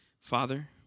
Father